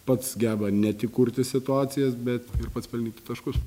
pats geba ne tik kurti situacijas bet ir pats pelnyti taškus